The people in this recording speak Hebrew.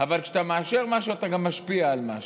אבל כשאתה מאשר משהו אתה גם משפיע על משהו.